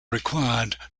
required